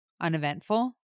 uneventful